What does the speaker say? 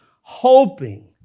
hoping